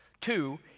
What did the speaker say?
Two